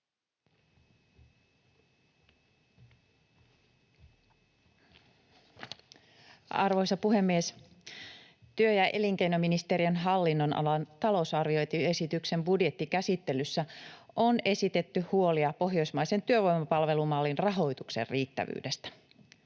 Arvoisa puhemies! Työ- ja elinkeinoministeriön hallinnonalan talousarvioesityksen budjettikäsittelyssä on esitetty huolia pohjoismaisen työvoimapalvelumallin rahoituksen riittävyydestä.